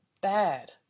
bad